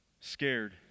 scared